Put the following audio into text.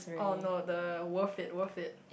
oh no the worth it worth it